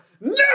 No